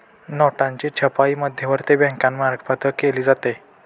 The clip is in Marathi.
नोटांची छपाई मध्यवर्ती बँकेमार्फत केली जाते